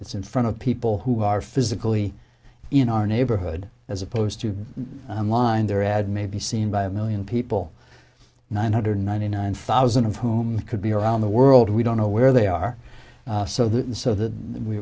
it's in front of people who are physically in our neighborhood as opposed to line their ad may be seen by a million people nine hundred ninety nine thousand of whom could be around the world we don't know where they are so the so that we